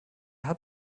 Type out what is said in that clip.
hat